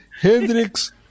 Hendrix